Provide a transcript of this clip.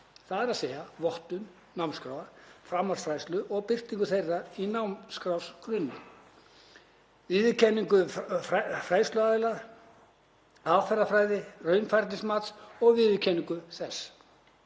þ.e. vottun námskráa framhaldsfræðslu og birtingu þeirra í námskrárgrunni, viðurkenningu fræðsluaðila, aðferðafræði raunfærnimats og viðurkenningu þess.